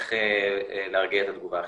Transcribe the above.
איך להרגיע את התגובה החיסונית.